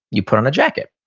you put on a jacket.